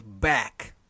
back